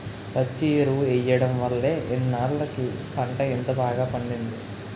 పచ్చి ఎరువు ఎయ్యడం వల్లే ఇన్నాల్లకి పంట ఇంత బాగా పండింది